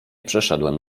przeszedłem